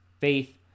faith